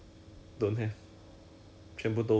so even though you're flying even though you are fl~